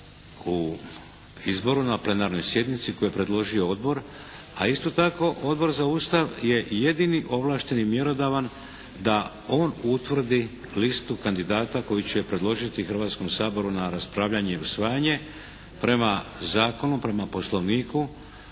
u izboru na plenarnoj sjednici koju je predložio Odbor, a isto tako Odbor za Ustav je jedini ovlašten i mjerodavan da on utvrdi listu kandidata koju će predložiti Hrvatskom saboru na raspravljanje i usvajanje prema zakonu, prema Poslovniku